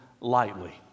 lightly